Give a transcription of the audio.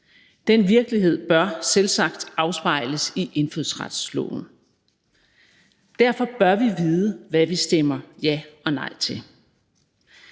Den virkelighed bør selvsagt afspejles i indfødsretsloven. Derfor bør vi vide, hvad vi stemmer ja og nej til.